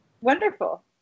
Wonderful